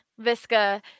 Visca